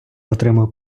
отримав